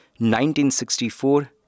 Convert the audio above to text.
1964